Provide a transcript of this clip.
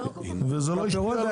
וזה לא השפיע על